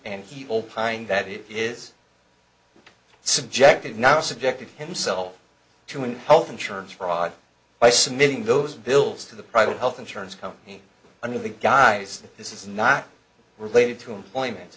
and he will pine that it is subjected now subjected himself to in health insurance fraud by submitting those bills to the private health insurance company under the guise that this is not related to employment